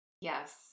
Yes